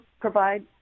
provide